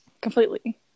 Completely